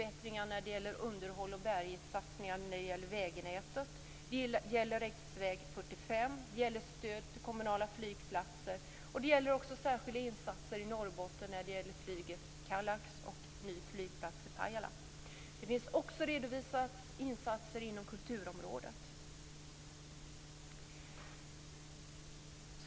Det gäller förbättringar av underhåll och bärighetssatsningar på vägnätet, riksväg 45, stöd till kommunala flygplatser och särskilda insatser i Norrbotten när det gäller flyget på Kallax och en ny flygplats i Pajala. Det finns också redovisat insatser inom kulturområdet.